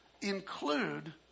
include